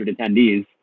attendees